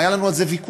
היה לנו על זה ויכוח,